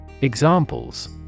Examples